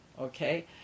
okay